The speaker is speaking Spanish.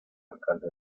alcalde